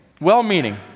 Well-meaning